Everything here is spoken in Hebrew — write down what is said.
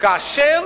כאשר